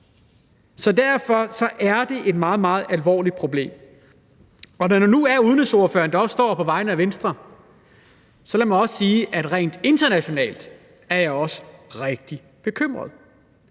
Så derfor er det et meget, meget alvorligt problem. Og når det nu er udenrigsordføreren, der står her på vegne af Venstre, vil jeg også sige, at rent internationalt er jeg også rigtig bekymret.